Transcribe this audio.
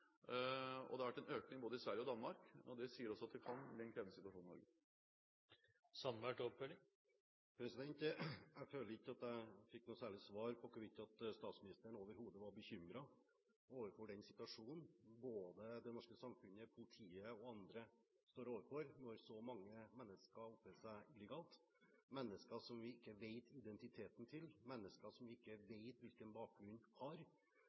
det over 50 000. Det har vært en økning både i Sverige og i Danmark. Det sier at det også kan bli en krevende situasjon i Norge. Jeg føler ikke at jeg fikk noe særlig svar på hvorvidt statsministeren overhodet var bekymret over den situasjonen det norske samfunnet – politiet og andre – står overfor når så mange mennesker oppholder seg illegalt, mennesker som vi ikke kjenner identiteten til, mennesker som vi ikke